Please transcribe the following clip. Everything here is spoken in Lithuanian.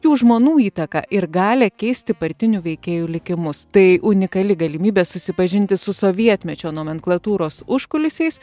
jų žmonų įtaką ir galią keisti partinių veikėjų likimus tai unikali galimybė susipažinti su sovietmečio nomenklatūros užkulisiais